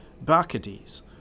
Bacchides